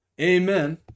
Amen